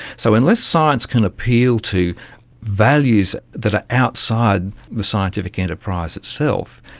so unless science can appeal to values that are outside the scientific enterprise itself,